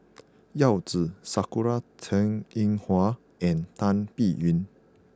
Yao Zi Sakura Teng Ying Hua and Tan Biyun